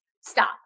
Stop